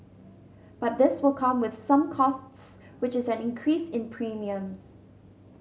but this will come with some costs which is an increase in premiums